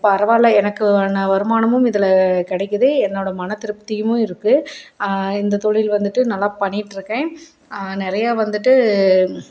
பரவாயில்ல எனக்கான வருமானமும் இதில் கிடைக்கிது என்னோடய மன திருப்தியும் இருக்குது இந்த தொழில் வந்துட்டு நல்லா பண்ணிட்டிருக்கேன் நிறையா வந்துட்டு